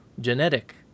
genetic